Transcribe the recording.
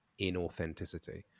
inauthenticity